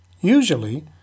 Usually